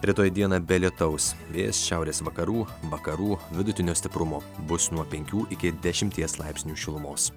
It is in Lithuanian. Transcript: rytoj dieną be lietaus vėjas šiaurės vakarų vakarų vidutinio stiprumo bus nuo penkių iki dešimties laipsnių šilumos